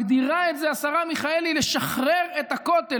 ומגדירה את זה השרה מיכאלי "לשחרר את הכותל",